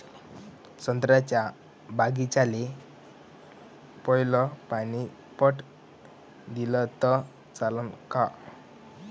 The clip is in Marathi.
संत्र्याच्या बागीचाले पयलं पानी पट दिलं त चालन का?